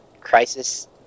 Crisis